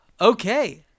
okay